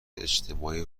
اجتماعی